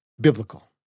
biblical